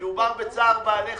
מדובר בצער בעלי חיים,